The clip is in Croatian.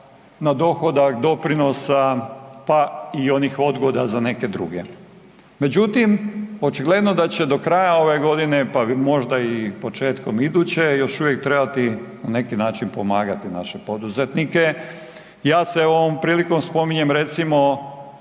na dohodak, doprinosa pa i onih odgoda za neke druge. Međutim, očigledno da će do kraja ove godine pa možda i početkom iduće još uvijek trebati na neki način pomagati naše poduzetnike, ja se ovom prilikom spominjem recimo